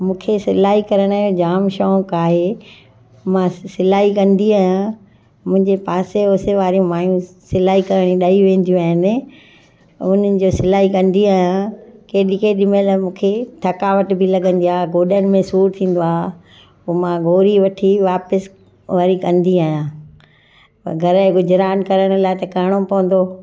मूंखे सिलाई करण जो जाम शौक़ु आहे मां सिलाई कंदी आहियां मुंहिंजे पासे ओसे वारी माइयूं सिलाई करण ॾेई वेंदियू आहिनि उन्हनि जो सिलाई कंदी आहियां केॾी केॾी महिल मूंखे थकावट बि लॻंदी आहे गोॾनि में सूर थींदो आहे पोइ मां गोरी वठी वापसि वरी कंदी आहियां घर जे गुजराण करण लाइ त करिणो पवंदो